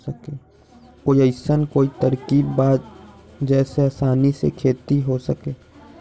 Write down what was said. कोई अइसन कोई तरकीब बा जेसे आसानी से खेती हो सके?